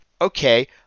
Okay